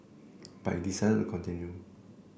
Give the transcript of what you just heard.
but he decided to continue